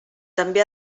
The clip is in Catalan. també